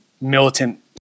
militant